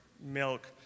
milk